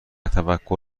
تفکر